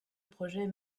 projet